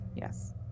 Yes